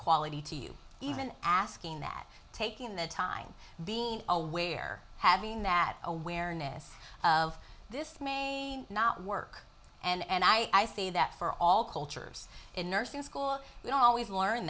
quality to you even asking that taking the time being aware having that awareness of this may not work and i say that for all cultures in nursing school we always learn